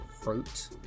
fruit